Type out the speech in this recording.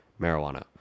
marijuana